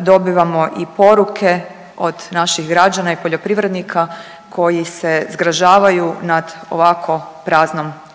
dobivamo i poruke od naših građana i poljoprivrednika koji se zgražavaju nad ovako praznom